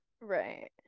right